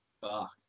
Fuck